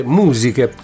musiche